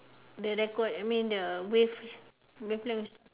the record I mean the wave wave length also stop